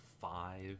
five